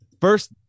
first